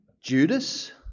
Judas